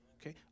Okay